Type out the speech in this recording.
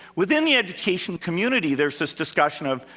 within the education community there's this discussion of,